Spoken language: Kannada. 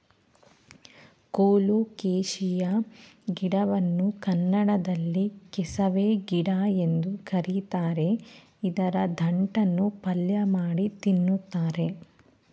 ಕೊಲೋಕೆಶಿಯಾ ಗಿಡವನ್ನು ಕನ್ನಡದಲ್ಲಿ ಕೆಸವೆ ಗಿಡ ಎಂದು ಕರಿತಾರೆ ಇದರ ದಂಟನ್ನು ಪಲ್ಯಮಾಡಿ ತಿನ್ನುತ್ತಾರೆ